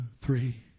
three